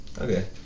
okay